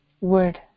word